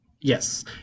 Yes